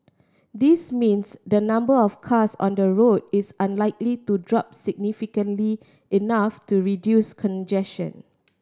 this means the number of cars on the road is unlikely to drop significantly enough to reduce congestion